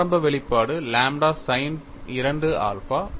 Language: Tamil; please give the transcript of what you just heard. ஆரம்ப வெளிப்பாடு லாம்ப்டா sin 2 ஆல்பா